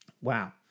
Wow